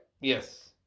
Yes